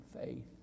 faith